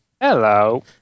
Hello